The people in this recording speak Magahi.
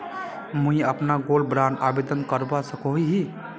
मुई अपना गोल्ड बॉन्ड आवेदन करवा सकोहो ही?